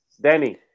Danny